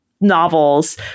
novels